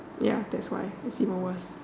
ya that's why it's even worse